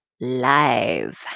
live